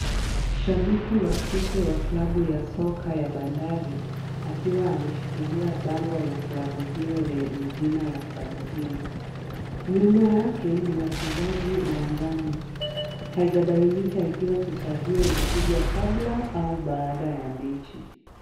Shabiki wa kike wa klabu ya soka ya Bandari akiwa ameshikilia bango la klabu hiyo yenye jina ya klabu hiyo. Nyuma yake ni wachezaji uwanjani. Haijabainika ikiwa picha hiyo ilipigwa kabla au baada ya mechi.